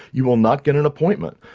you will not get an appointment.